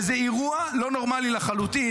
וזה אירוע לא נורמלי לחלוטין,